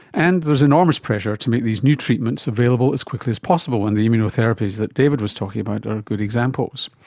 and there is enormous pressure to make these new treatments available as quickly as possible, and the immunotherapies that david was talking about are good examples.